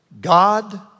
God